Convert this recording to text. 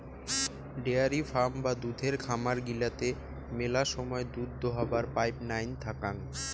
dairy farm বা দুধের খামার গিলাতে মেলা সময় দুধ দোহাবার পাইপ নাইন থাকাং